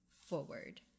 forward